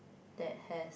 that has